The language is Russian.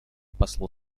послу